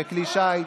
וכלי השיט